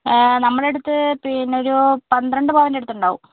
നമ്മുടെ അടുത്ത് പിന്നെ ഒരു പന്ത്രണ്ട് പവൻ്റെ അടുത്ത് ഉണ്ടാവും